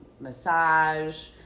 massage